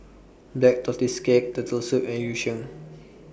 Black Tortoise Cake Turtle Soup and Yu Sheng